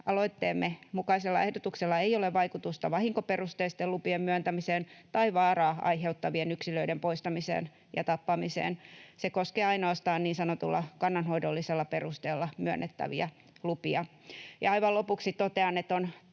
aloitteemme mukaisella ehdotuksella ei ole vaikutusta vahinkoperusteisten lupien myöntämiseen tai vaaraa aiheuttavien yksilöiden poistamiseen ja tappamiseen. Se koskee ainoastaan niin sanotulla kannanhoidollisella perusteella myönnettäviä lupia. Ja aivan lopuksi totean, että on